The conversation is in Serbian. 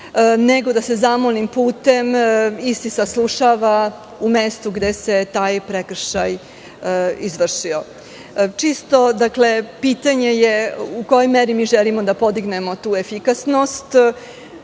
nego da se zamolnim putem isti saslušava u mestu gde se taj prekršaj izvršio. Pitanje je u kojoj meri mi želimo da podignemo tu efikasnost